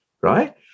Right